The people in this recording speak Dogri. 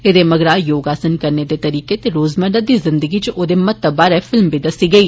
एदे मगरा योग आसन करने दे तरीके ते रोजमर्रा दी जिंदगी इच औदे महत्व बारै फिल्म बी दस्सी गेई